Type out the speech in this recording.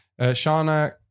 Shauna